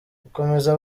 bukomeza